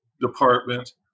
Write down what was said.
department